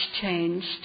changed